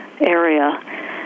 area